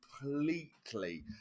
completely